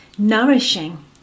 nourishing